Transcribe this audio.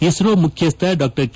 ಇಸೋ ಮುಖ್ಯಸ್ಥ Dr K